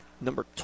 number